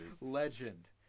Legend